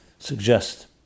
Suggest